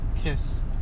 kiss